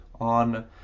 on